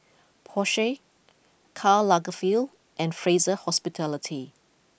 Porsche Karl Lagerfeld and Fraser Hospitality